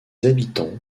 habitants